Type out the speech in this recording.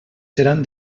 seran